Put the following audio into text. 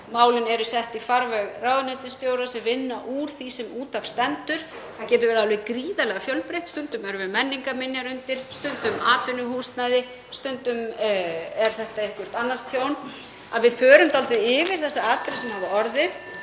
málin eru sett í farveg hjá ráðuneytisstjórum sem vinna úr því sem út af stendur; það getur verið alveg gríðarlega fjölbreytt, stundum eru menningarminjar undir, stundum atvinnuhúsnæði, stundum er þetta eitthvert annað tjón — að við förum dálítið yfir þá atburði sem hafa orðið